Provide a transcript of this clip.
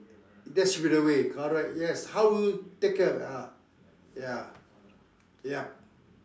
that should be the way correct yes how you take care of ah ya yup